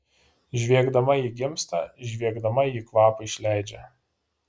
žviegdama ji gimsta žviegdama ji kvapą išleidžia